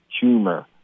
humor